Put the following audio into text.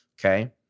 okay